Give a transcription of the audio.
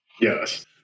Yes